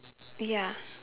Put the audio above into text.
ya